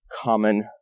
common